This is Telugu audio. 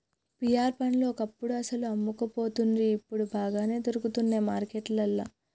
పియార్ పండ్లు ఒకప్పుడు అస్సలు అమ్మపోతుండ్రి ఇప్పుడు బాగానే దొరుకుతానయ్ మార్కెట్లల్లా